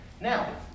Now